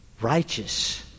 righteous